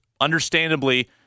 understandably